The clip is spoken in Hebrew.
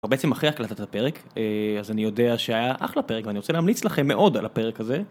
בעצם אחרי הקלטת הפרק אז אני יודע שהיה אחלה פרק ואני רוצה להמליץ לכם מאוד על הפרק הזה.